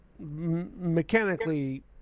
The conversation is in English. mechanically